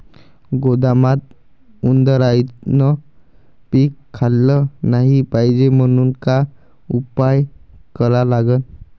गोदामात उंदरायनं पीक खाल्लं नाही पायजे म्हनून का उपाय करा लागन?